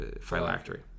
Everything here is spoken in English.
Phylactery